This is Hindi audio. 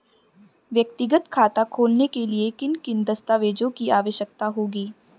व्यक्तिगत खाता खोलने के लिए किन किन दस्तावेज़ों की आवश्यकता होगी?